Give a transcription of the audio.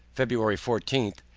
february fourteen,